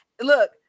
look